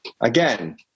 again